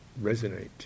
resonate